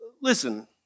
listen